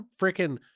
freaking